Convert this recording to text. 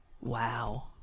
wow